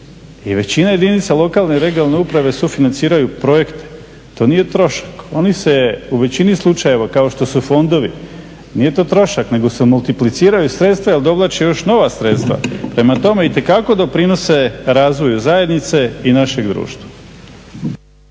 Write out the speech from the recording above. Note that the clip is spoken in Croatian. i većina jedinica lokalne i regionalne uprave sufinanciraju projekte, to nije trošak. Oni se u većini slučajeva kao što su fondovi nije to trošak nego se multipliciraju sredstva jer dovlače još nova sredstva. Prema tome itekako doprinose razvoju zajednice i našeg društva.